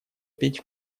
петь